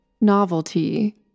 novelty